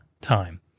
time